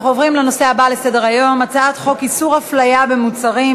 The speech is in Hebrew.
אנחנו עוברים לנושא הבא בסדר-היום: הצעת חוק איסור הפליה במוצרים,